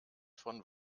von